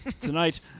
tonight